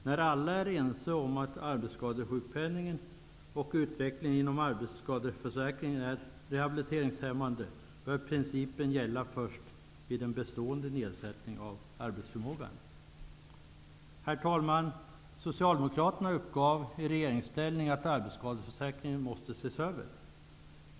När alla är ense om att arbetsskadesjukpenningen och utvecklingen inom arbetsskadeförsäkringen är rehabiliteringshämmande bör principen gälla först vid en bestående nedsättning av arbetsförmågan. Herr talman! Socialdemokraterna uppgav i regeringsställning att arbetskadeförsäkringen måste ses över.